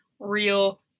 real